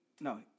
No